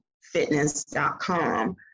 fitness.com